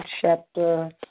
chapter